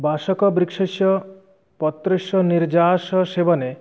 बाषकबृक्षस्य पत्रस्य निर्जाषसेवने